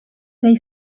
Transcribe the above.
they